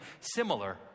similar